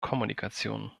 kommunikation